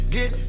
Get